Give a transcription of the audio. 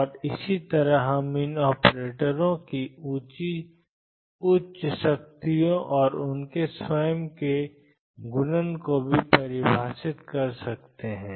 और इसी तरह हम इन ऑपरेटरों की उच्च शक्तियों और उनके स्वयं के गुणन को भी परिभाषित कर सकते हैं